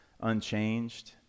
unchanged